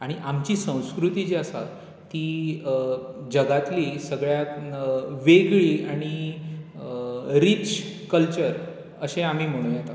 आनी आमची संस्कृती जी आसा ती जगांतली सगळ्यांत वेगळी आनी रिच कल्चर अशें आमी म्हणू येता